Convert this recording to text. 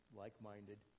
like-minded